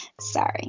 Sorry